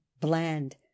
bland